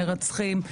מרצחים,